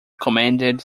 commanded